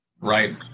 Right